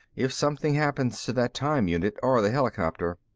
if something happens to that time unit or the helicopter